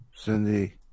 Cindy